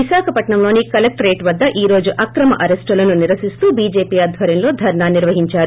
విశాఖపట్న ంలోని కలెక్షరేట్ వద్ద ఈ రోజు అక్రమ అరెస్టులను నిరసిస్తూ బీజేపీ అధ్వర్యంలో ధర్నా నిర్వహించారు